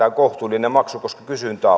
heiltä peritään kohtuullinen maksu koska kysyntää